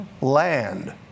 land